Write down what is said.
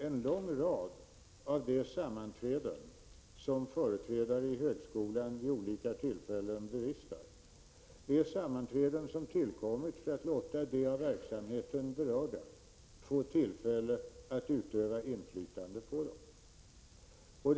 En lång rad av de sammanträden som företrädare för högskolan vid olika tillfällen bevistar är sammanträden som tillkommit för att låta de av verksamheten berörda få tillfälle att utöva inflytande på den.